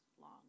long